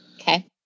Okay